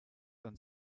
and